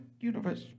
universe